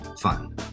fun